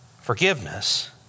forgiveness